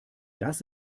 das